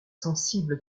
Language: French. sensible